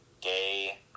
gay